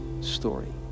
story